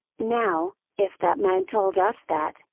now, if that man told us that,